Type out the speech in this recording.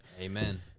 Amen